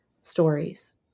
stories